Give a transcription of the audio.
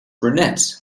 brunette